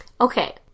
Okay